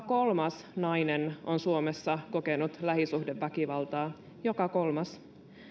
kolmas nainen on suomessa kokenut lähisuhdeväkivaltaa joka kolmas